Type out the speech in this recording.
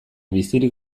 bizirik